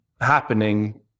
happening